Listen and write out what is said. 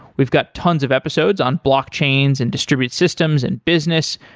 we've got tons of episodes on blockchains and distributed systems and business,